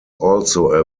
also